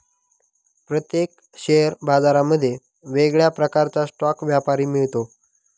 प्रत्येक शेअर बाजारांमध्ये वेगळ्या प्रकारचा स्टॉक व्यापारी मिळतो